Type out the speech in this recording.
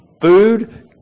food